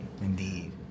Indeed